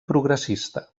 progressista